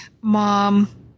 mom